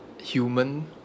Human